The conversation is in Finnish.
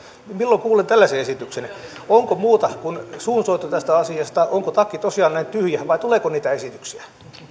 milloin kuulen tällaisen esityksen onko muuta kuin suunsoitto tästä asiasta onko takki tosiaan näin tyhjä vai tuleeko niitä esityksiä